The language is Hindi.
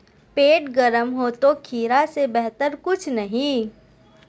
पेट गर्म हो तो खीरा से बेहतर कुछ नहीं